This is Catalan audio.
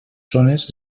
zones